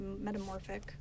metamorphic